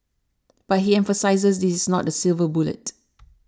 but he emphasises this is not a silver bullet